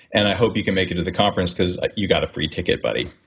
and i hope you can make it to the conference because you got a free ticket buddy.